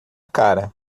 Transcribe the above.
cara